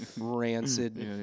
rancid